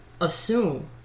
assume